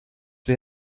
wer